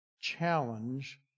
challenge